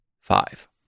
five